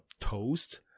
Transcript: toast